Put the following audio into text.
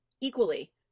equally